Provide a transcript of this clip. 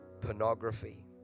Pornography